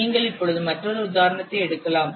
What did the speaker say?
நீங்கள் இங்கே மற்றொரு உதாரணத்தை எடுக்கலாம்